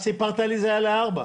סיפרת לי לארבעה.